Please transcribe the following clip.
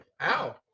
ow